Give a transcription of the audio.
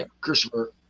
Christopher